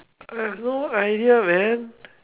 I have no idea man